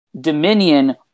dominion